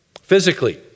Physically